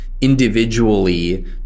individually